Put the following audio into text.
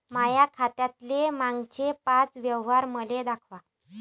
माया खात्यातले मागचे पाच व्यवहार मले दाखवा